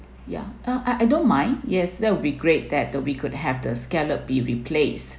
ya I I don't mind yes that would be great that we could have the scallop be replaced